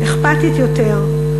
אכפתית יותר,